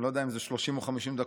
אני לא יודע אם זה 30 או 50 דקות,